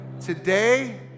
Today